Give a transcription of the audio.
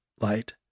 light